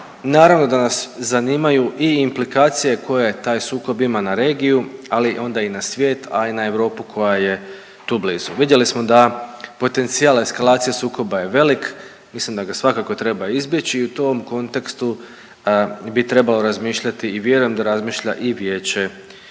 naravno da nas zanimaju i implikacije koje taj sukob ima na regiju ali onda i na svijet, a i na Europu koja je tu blizu. Vidjeli smo da potencijal eskalacije sukoba je velik, mislim da ga svakako treba izbjeći i u tom kontekstu bi trebao razmišljati i vjerujem da razmišlja i Vijeće